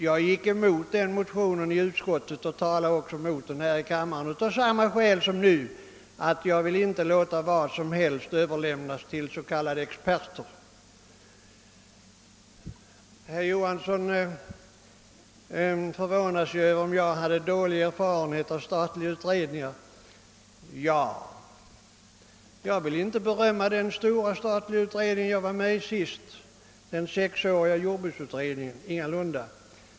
Jag gick emot motionen i utskottet och talade också mot den i kammaren av samma skäl som nu, att jag inte vill låta vad som helst överlämnas till s.k. experter. Herr Johansson uttryckte förvåning över att jag hade dåliga erfarenheter av statliga utredningar. Ja, jag vill inte berömma den stora statliga utredning som jag senast var ledamot av, den sexåriga jordbruksutredningen.